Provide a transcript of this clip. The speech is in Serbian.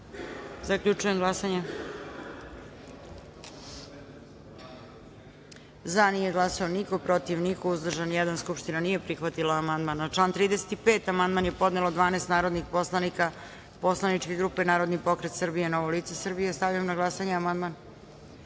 amandman. Zaključujem glasanje: za – nije glasao niko, protiv – niko, uzdržan – jedan. Skupština nije prihvatila amandman. Na član 70. amandman je podnelo 12 narodnih poslanika poslaničke grupe Narodni pokret Srbije – Novo lice Srbije. Stavljam na glasanje